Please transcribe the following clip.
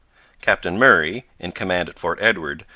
captain murray, in command at fort edward,